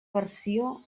versió